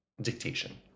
dictation